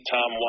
Tom